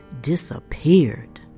disappeared